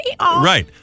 Right